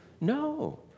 No